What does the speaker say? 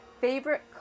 Favorite